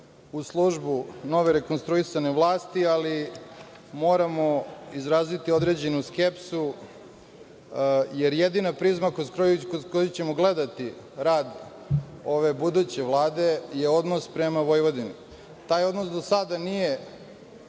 u službu nove rekonstruisane vlasti, ali moramo izraziti određenu skepsu, jer jedina prizma kroz koju ćemo gledati rad ove buduće Vlade je odnos prema Vojvodini. Taj odnos do sada nije